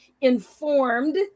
informed